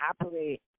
operate